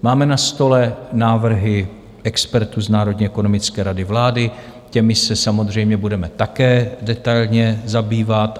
Máme na stole návrhy expertů z Národní ekonomické rady vlády, těmi se samozřejmě budeme také detailně zabývat.